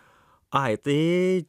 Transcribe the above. ai tai